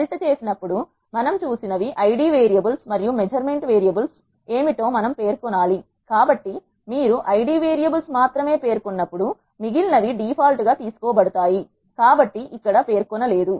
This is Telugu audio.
మెల్ట్ చేసినప్పుడు మనం చూసిన వి ఐడి వేరియబుల్స్ మరియు మెజర్మెంట్ వేరియబుల్స్ ఏమిటో మనం పేర్కొనాలి కాబట్టి మీరు ఐడి వేరియబుల్స్ మాత్రమే పేర్కొన్నప్పుడు మిగిలిన వి డిఫాల్ట్ గా తీసుకోబడతాయి కాబట్టి ఇక్కడ పేర్కొనలేదు